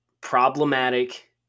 problematic